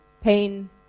pain